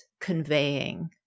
conveying